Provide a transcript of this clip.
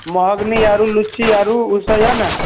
महगनी आरू लीची आरु ओ सब यऽ ने